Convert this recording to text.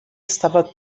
estava